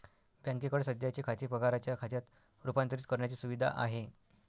बँकेकडे सध्याचे खाते पगाराच्या खात्यात रूपांतरित करण्याची सुविधा आहे